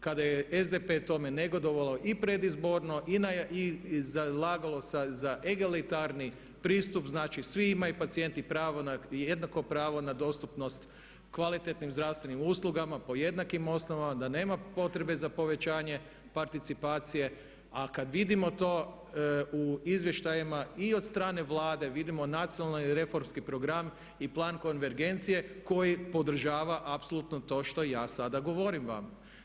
Kada je SDP tome negodovalo i predizborno i zalagalo sa … pristup, znači svi imaju pacijenti jednako pravo na dostupnost kvalitetnim zdravstvenim uslugama po jednakim osnovama da nema potrebe za povećanje participacije, ali kada vidimo to u izvještajima i od strane Vlade, vidimo nacionalni reformski program i plan konvergencije koji podržava apsolutno to što i ja sada govorim vam.